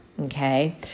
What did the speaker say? Okay